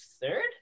Third